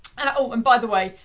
and and by the way,